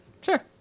Sure